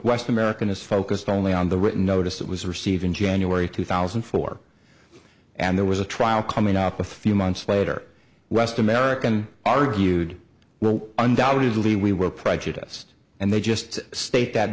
western american is focused only on the written notice that was received in january two thousand and four and there was a trial coming up a few months later west american argued well undoubtedly we were prejudiced and they just state that